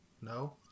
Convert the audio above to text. No